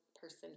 person